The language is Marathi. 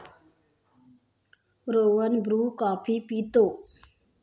रोहन ब्रू कॉफी पितो